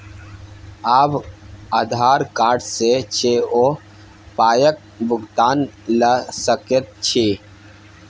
आब आधार कार्ड सँ सेहो पायक भुगतान ल सकैत छी